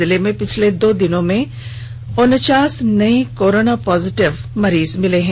जिले में पिछले दो दिनों में भीतर उनचास नए कोरोना पॉजिटिव मरीज मिले हैं